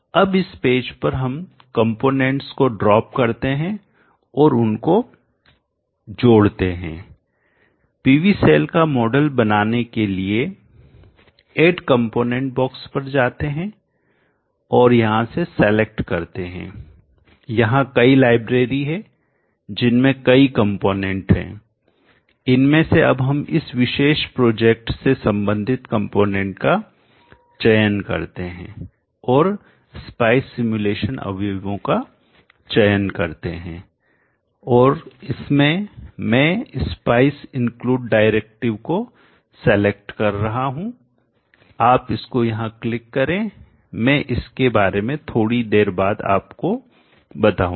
अब इस पेज पर हम कंपोनेंट्स को ड्रॉप करते हैं और उनको जोड़ते हैं PV सेल का मॉडल बनाने के लिए एड कंपोनेंट बॉक्स पर जाते हैं और यहां से सेलेक्ट करते हैं यहां कई लाइब्रेरी हैं जिनमें कई कंपोनेंट है इनमें से अब हम इस विशेष प्रोजेक्ट से संबंधित कंपोनेंट्स का चयन करते हैंऔर spice सिमुलेशन अवयवों का चयन करते हैं और इसमें मैं spice इंक्लूड डायरेक्टिव को सेलेक्ट कर रहा हूं आप इसको यहां क्लिक करें मैं इसके बारे में थोड़ी देर बाद आपको बताऊंगा